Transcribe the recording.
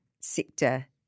sector